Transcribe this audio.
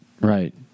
right